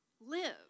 live